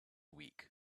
week